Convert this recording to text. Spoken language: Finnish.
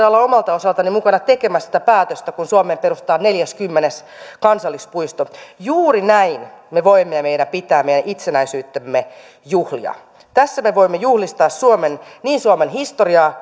olla omalta osaltani mukana tekemässä tätä päätöstä kun suomeen perustetaan neljäskymmenes kansallispuisto juuri näin me voimme ja meidän pitää meidän itsenäisyyttämme juhlia tässä me voimme juhlistaa niin suomen historiaa